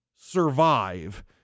survive